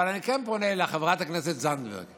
אבל אני כן פונה לחברת הכנסת זנדברג: